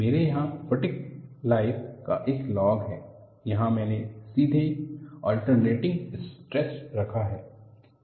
मेरे यहाँ fatigue life का एक लॉग है यहाँ मैंने सीधे अल्टेरनेटिंग स्ट्रेस रखा है